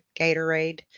Gatorade